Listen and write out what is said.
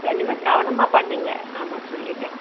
இனிமேல் கவனமாக பண்ணுங்க ஆமாம் சொல்லிட்டேன்